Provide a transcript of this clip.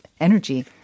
energy